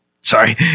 sorry